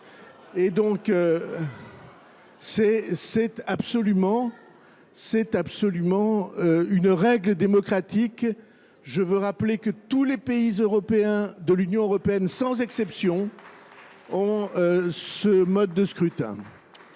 Et donc c'est absolument une règle démocratique. Je veux rappeler que tous les pays européens de l'Union Européenne, sans exception, ont ce mode de scrutin.